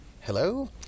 hello